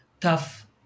tough